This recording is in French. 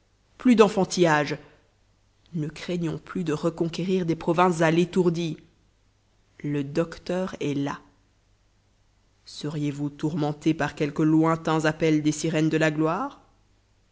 plus d'enfantillages ne craignons plus de reconquérir des provinces à l'étourdie le docteur est là seriez-vous tourmenté par quelques lointains appels des sirènes de la gloire